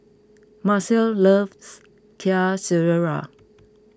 Macel loves Kuih Syara